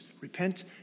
repent